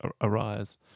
arise